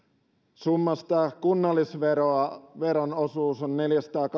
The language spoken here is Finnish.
summasta kunnallisveron osuus on